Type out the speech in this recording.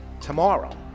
Tomorrow